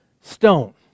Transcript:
stone